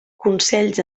consells